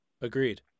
Agreed